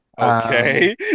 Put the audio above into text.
Okay